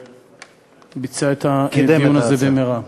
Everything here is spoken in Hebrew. שביצע את הדיון הזה במהירות.